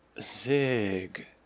Zig